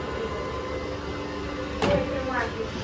ହଉ ଠିକ୍ ଅଛି ହଉ ଏଥର ମୁଁ ଆସୁଛି